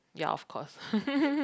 ya of course